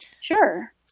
Sure